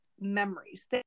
memories